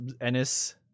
ennis